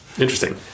Interesting